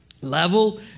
level